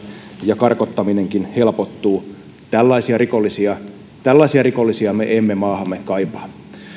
ja karkottaminenkin helpottuu tällaisia rikollisia tällaisia rikollisia me emme maahamme kaipaa